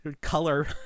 color